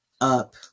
up